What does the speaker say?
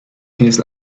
his